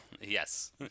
yes